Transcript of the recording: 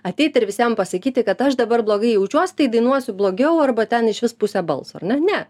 ateit ir visiem pasakyti kad aš dabar blogai jaučiuos tai dainuosiu blogiau arba ten išvis puse balso ar ne ne